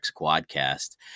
Quadcast